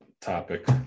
topic